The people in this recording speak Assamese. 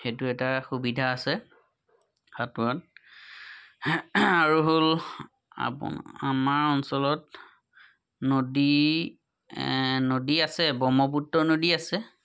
সেইটো এটা সুবিধা আছে সাঁতোৰাত আৰু হ'ল আপোনাৰ আমাৰ অঞ্চলত নদী নদী আছে ব্ৰহ্মপুত্ৰ নদী আছে